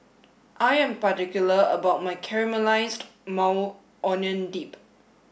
I am particular about my Caramelized Maui Onion Dip